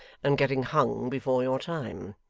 and getting hung before your time.